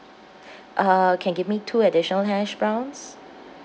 uh can give me two additional hash browns